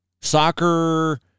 Soccer